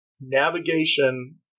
navigation